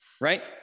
right